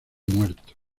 muertos